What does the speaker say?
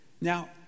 now